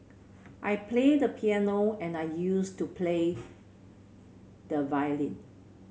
I play the piano and I used to play the violin